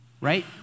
right